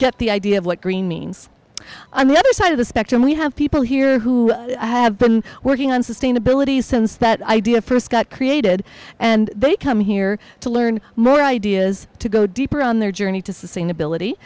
get the idea of what green means i mean other side of the spectrum we have people here who have been working on sustainability since that idea first got created and they come here to learn more ideas to go deeper on their journey to sustainability